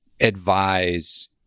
advise